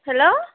hello